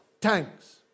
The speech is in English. tanks